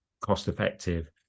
cost-effective